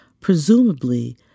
Presumably